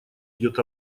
идет